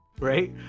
right